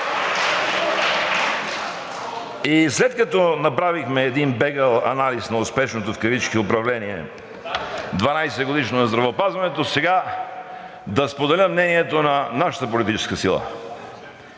И след като направихме един бегъл анализ на успешното в кавички управление – 12-годишно, на здравеопазването, сега да споделя мнението на нашата политическа сила.